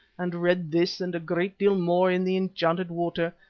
and read this and a great deal more in the enchanted water,